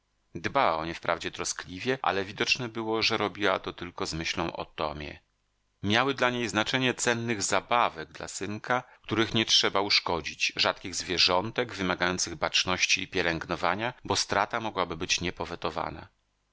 dbała o nie wprawdzie troskliwie ale widoczne było że robiła to tylko z myślą o tomie miały dla niej znaczenie cennych zabawek dla synka których nie trzeba uszkodzić rzadkich zwierzątek wymagających baczności i pielęgnowania bo strata mogłaby być niepowetowana